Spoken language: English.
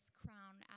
crown